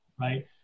right